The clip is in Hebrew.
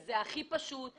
זה הכי פשוט.